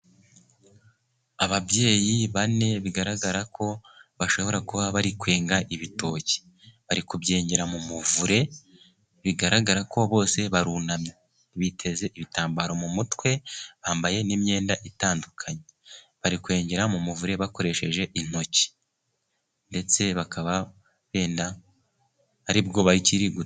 Ababyeyi bane bigaragara ko bashobora kuba bari kwenga ibitoki. Bari kubyengera mu muvure, bigaragara ko bose barunamye. Biteze ibitambaro mu mutwe, bambaye n'imyenda itandukanye. Bari kwengera mu muvure bakoresheje intoki. ndetse bakaba benda ari bwo bayikiri gu.....